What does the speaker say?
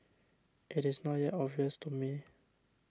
it is not yet obvious to me